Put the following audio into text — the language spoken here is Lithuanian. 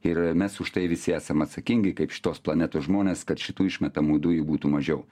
ir mes už tai visi esam atsakingi kaip šitos planetos žmonės kad šitų išmetamų dujų būtų mažiau